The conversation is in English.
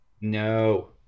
No